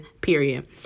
period